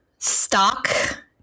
Stock